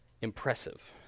impressive